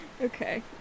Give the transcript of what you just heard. Okay